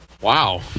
Wow